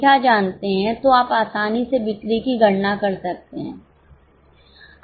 तो आप आसानी से बिक्री की गणना कर सकते हैं